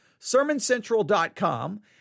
sermoncentral.com